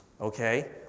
Okay